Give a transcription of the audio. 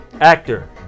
actor